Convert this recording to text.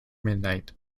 midnight